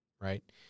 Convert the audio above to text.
right